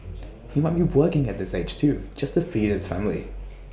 he might be working at this age too just to feed his family